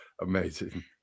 amazing